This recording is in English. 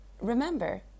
Remember